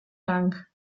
dank